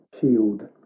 shield